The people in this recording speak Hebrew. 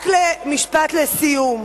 רק משפט לסיום: